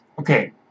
Okay